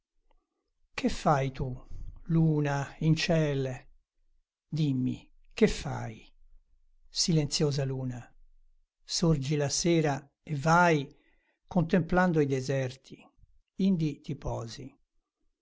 che fai tu luna in ciel dimmi che fai silenziosa luna sorgi la sera e vai contemplando i deserti indi